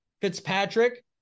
Fitzpatrick